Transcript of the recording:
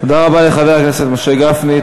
תודה רבה לחבר הכנסת משה גפני.